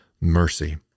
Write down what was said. mercy